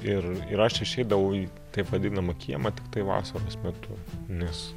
ir ir aš išeidavau į taip vadinamą kiemą tiktai vasaros metu nes